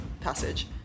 passage